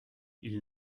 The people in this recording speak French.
ils